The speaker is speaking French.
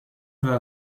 veut